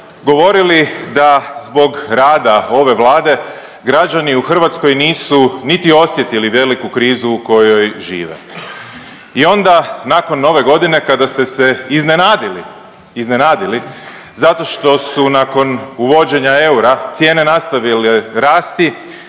govorili da zbog rada ove Vlade građani u Hrvatskoj nisu niti osjetili veliku krizu u kojoj žive. I onda nakon Nove Godine kada ste se iznenadili, iznenadili zato što su nakon uvođenja eura cijene nastavile rasti